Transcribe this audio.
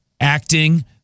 Acting